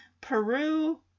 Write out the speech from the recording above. Peru